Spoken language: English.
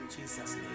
Jesus